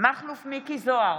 מכלוף מיקי זוהר,